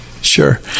Sure